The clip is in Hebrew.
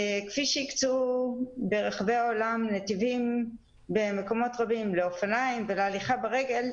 כפי שהקצו ברחבי העולם נתיבים במקומות רבים לאופניים ולהליכה ברגל,